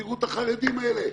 תראו את החרדים האלה,